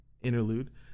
interlude